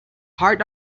hard